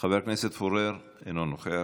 אינו נוכח.